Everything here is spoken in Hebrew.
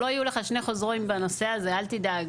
לא יהיו לך שני חוזרים בנושא הזה, אל תדאג.